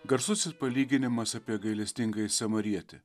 garsusis palyginimas apie gailestingąjį samarietį